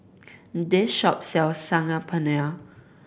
this shop sells Saag Paneer